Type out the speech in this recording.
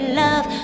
love